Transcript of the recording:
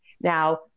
Now